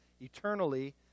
eternally